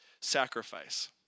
sacrifice